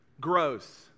gross